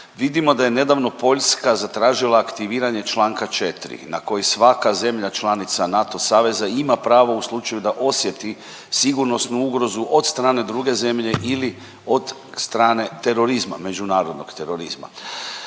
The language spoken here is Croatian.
Vidimo da je nedavno Poljska zatražila aktiviranje čl. 4 na koji svaka zemlja članica NATO saveza ima pravo u slučaju da osjeti sigurnosnu ugrozu od strane druge zemlje ili od strane terorizma, međunarodnog terorizma.